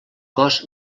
cos